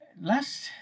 last